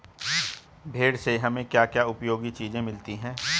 भेड़ से हमें क्या क्या उपयोगी चीजें मिलती हैं?